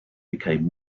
became